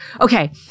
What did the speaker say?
okay